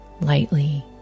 lightly